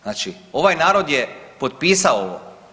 Znači ovaj narod je potpisao ovo.